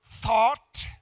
thought